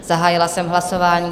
Zahájila jsem hlasování.